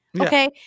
okay